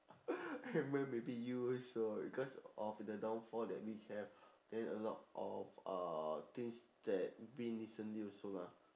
edmund ma~ maybe you also because of the downfall that we have then a lot of uh things that been recently also lah